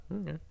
Okay